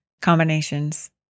Combinations